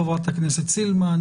חברת הכנסת סילמן,